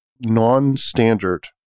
non-standard